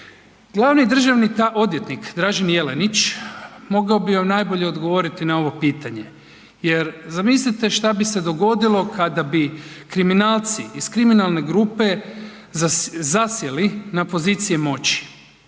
Glavni državni odvjetnik Dražen Jelenić mogao bi vam najbolje odgovoriti na ovo pitanje. Jer zamislite šta bi se dogodilo kada bi kriminalci iz kriminalne grupe zasjeli na pozicije moći.